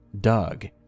Doug